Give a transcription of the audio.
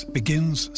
begins